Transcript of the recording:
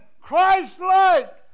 Christ-like